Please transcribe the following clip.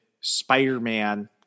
Spider-Man